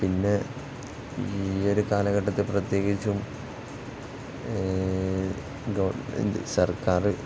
പിന്നെ ഈയൊരു കാലഘട്ടത്തെ പ്രത്യേകിച്ചും സർക്കാര്